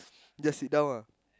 just sit down ah